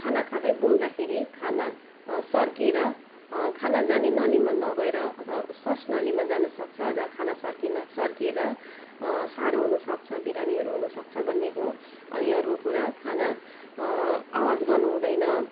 खाना खाँदै बोल्दाखेरि खाना सर्किएर खाना जाने नलीमा नगएर अथवा स्वास नलीमा जानसक्छ र खाना सर्किन सर्किन सर्किएर साह्रो हुनुसक्छ बिरामीहरू हुनुसक्छ भन्ने हो अनि अर्को कुरा खाना आवाज गर्नु हुँदैन